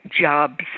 Jobs